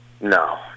No